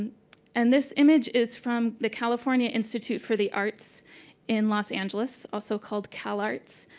and this image is from the california institute for the arts in los angeles, also called cal arts,